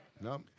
No